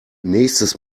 nächstes